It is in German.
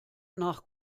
nach